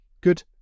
Good